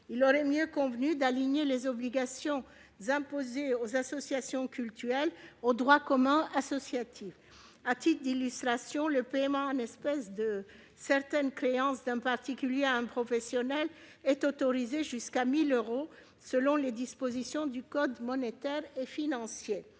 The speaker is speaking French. Il aurait mieux valu aligner les obligations imposées aux associations cultuelles sur le droit commun associatif. À titre d'illustration, le paiement en espèces de certaines créances d'un particulier à un professionnel est autorisé jusqu'à 1 000 euros, selon les dispositions du code monétaire et financier.